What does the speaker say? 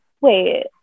Wait